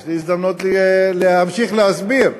זו תהיה הזדמנות להמשיך להסביר.